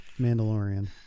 Mandalorian